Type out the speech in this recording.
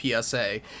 PSA